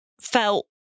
felt